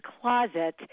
closet